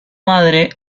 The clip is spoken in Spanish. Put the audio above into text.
madre